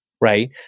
right